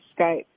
Skype